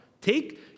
Take